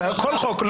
כל חוק.